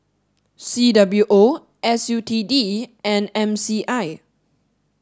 C W O S U T D and M C I